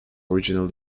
original